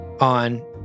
on